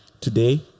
today